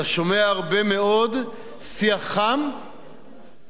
אתה שומע הרבה מאוד שיח חם וניגוד